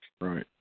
Right